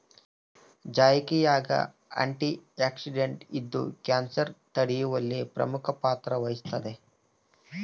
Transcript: ಜಾಯಿಕಾಯಾಗ ಆಂಟಿಆಕ್ಸಿಡೆಂಟ್ ಇದ್ದು ಕ್ಯಾನ್ಸರ್ ತಡೆಯುವಲ್ಲಿ ಪ್ರಮುಖ ಪಾತ್ರ ವಹಿಸುತ್ತದೆ